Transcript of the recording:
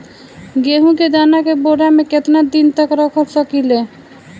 गेहूं के दाना के बोरा में केतना दिन तक रख सकिले?